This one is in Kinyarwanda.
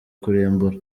kurimbura